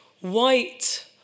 white